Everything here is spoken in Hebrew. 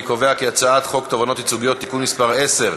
אני קובע כי הצעת חוק תובענות ייצוגיות (תיקון מס' 10),